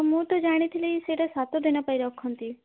ମୁଁ ତ ଜାଣିଥିଲି ସେଟା ସାତ ଦିନ ପାଇଁ ରଖନ୍ତି